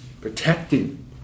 protecting